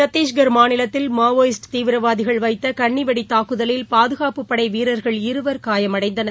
சத்திஷ்கர் மாநிலத்தில் மாவோயிஸ்ட் தீவிரவாதிகள் வைத்த கண்ணிவெடி தாக்குதலில் பாதுகாப்புப்படை வீரர்கள் இருவர் காயமடைந்தனர்